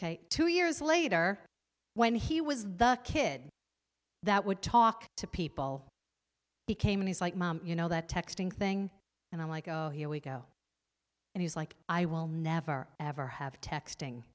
ok two years later when he was the kid that would talk to people he came in his like mom you know that texting thing and i'm like oh here we go and he's like i will never ever have texting